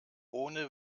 ohne